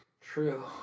True